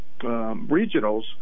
regionals